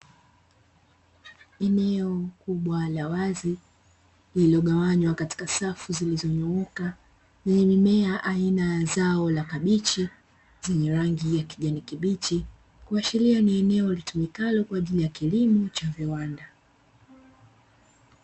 Eneo kubwa na wazi lililogawanywa katika safu zilizonyoka lenye mimea aina ya zao la kabichi zenye rangi ya kijani kibichi, kuashiria ni eneo litumikalo kwa ajili ya kilimo cha viwanda.